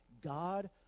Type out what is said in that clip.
God